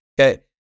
Okay